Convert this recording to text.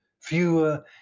fewer